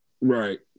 Right